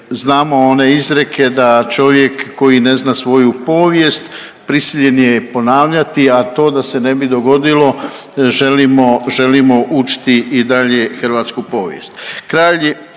znamo one izreke da čovjek koji ne zna svoju povijest, prisiljen ju je ponavljati, a to da se ne bi dogodilo želimo, želimo učiti i dalje hrvatsku povijest.